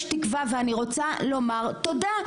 יש תקווה, ואני רוצה לומר תודה.